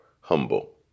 humble